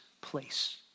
place